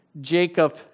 Jacob